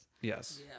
Yes